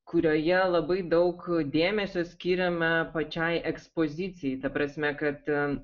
kurioje labai daug dėmesio skyrėme pačiai ekspozicijai ta prasme kad